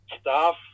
staff